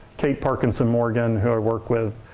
kate parkinson morgan, who i work with,